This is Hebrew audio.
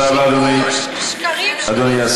תודה רבה, אדוני.